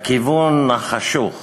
לכיוון החשוך.